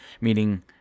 meaning